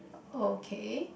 okay